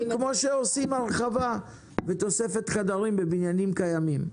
כמו שעושים הרחבה ותוספת חדרים בבניינים קיימים.